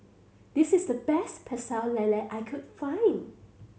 this is the best Pecel Lele I can find